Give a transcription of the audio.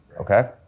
okay